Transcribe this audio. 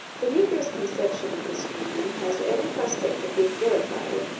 the negro's conception of this union has every prospect of being verified,